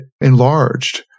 enlarged